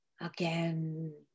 again